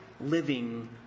living